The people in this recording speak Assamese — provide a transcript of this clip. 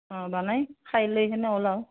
অঁ বনাই খাই লৈ কিনে ওলাওঁ